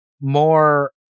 more